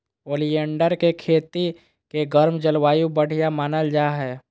oleander के खेती ले गर्म जलवायु बढ़िया मानल जा हय